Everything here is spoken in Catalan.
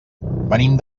venim